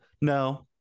no